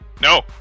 No